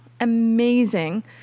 Amazing